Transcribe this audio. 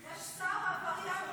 יש שר עבריין בממשלה.